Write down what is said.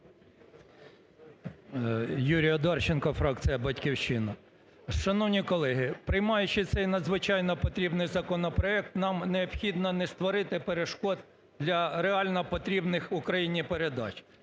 Юрій Одарченко, фракція "Батьківщина". Шановні колеги! Приймаючи цей надзвичайно потрібний законопроект, нам необхідно не створити перешкод для реально потрібних Україні передач.